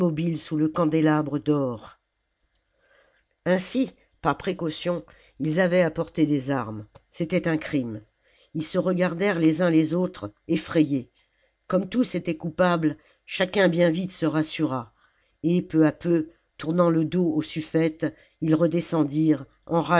sous le candélabre d'or ainsi par précaution ils avaient apporté des armes c'était un crime ils se regardèrent les uns les autres effrayés comme tous étaient coupables chacun bien vite se rassura et peu à peu tournant le dos au sufïete ils redescendirent